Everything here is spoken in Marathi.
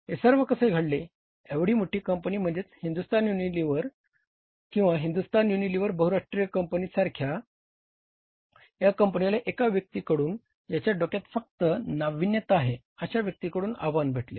हे सर्व कसे घडले एवढी मोठी कंपनी म्हणजे हिंदुस्तान लीव्हर लिमिटेड किंवा हिंदुस्तान युनिलिव्हर बहुराष्ट्रीय कंपनी सारख्या या कंपनीला एका व्यक्तीकडून ज्याच्या डोक्यात फक्त नावीन्यता आहे अशा व्यक्तीकडून आव्हान भेटले